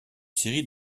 série